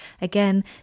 Again